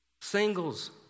singles